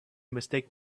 mistake